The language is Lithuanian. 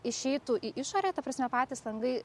išeitų į išorę ta prasme patys langai